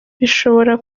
bishobora